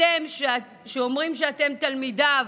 אתם, שאומרים שאתם תלמידיו